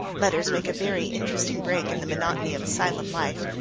letters make a very interesting break in the monotony of asylum life.